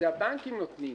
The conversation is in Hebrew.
הבנקים נותנים.